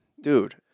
Dude